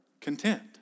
content